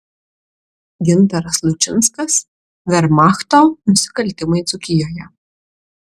gintaras lučinskas vermachto nusikaltimai dzūkijoje